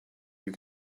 you